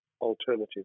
alternative